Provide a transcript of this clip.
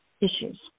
issues